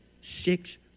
Six